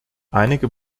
einige